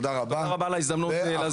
תודה רבה על ההזדמנות להסביר.